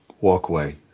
walkway